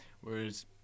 Whereas